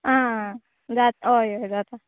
आं जात ऑय ऑय जाता